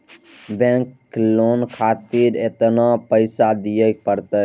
Bank loan खातीर केतना पैसा दीये परतें?